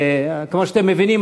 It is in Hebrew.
כמו שאתם מבינים,